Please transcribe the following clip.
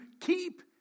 keep